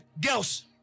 Girls